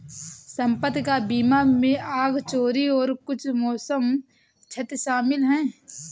संपत्ति का बीमा में आग, चोरी और कुछ मौसम क्षति शामिल है